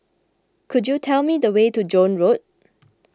could you tell me the way to Joan Road